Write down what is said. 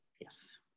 yes